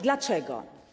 Dlaczego?